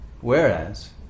Whereas